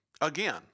again